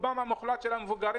רובם המוחלט של המבוגרים,